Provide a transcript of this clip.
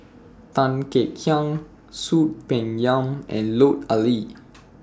Tan Kek Hiang Soon Peng Yam and Lut Ali